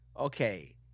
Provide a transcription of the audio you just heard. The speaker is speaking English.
okay